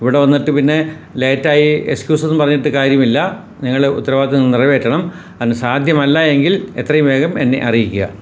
ഇവിടെ വന്നിട്ട് പിന്നെ ലേറ്റായി എസ്ക്യൂസ് ഒന്നും പറഞ്ഞിട്ട് കാര്യമില്ല നിങ്ങൾ ഉത്തരവാദിത്തം നിറവേറ്റണം അത് സാധ്യമല്ലായെങ്കിൽ എത്രെയും വേഗം എന്നെ അറിയിക്കുക